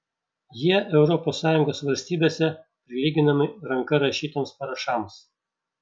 jie europos sąjungos valstybėse prilyginami ranka rašytiems parašams